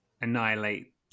Annihilate